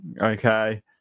okay